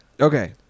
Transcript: Okay